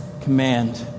command